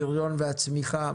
הפריון והצמיחה,